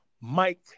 Mike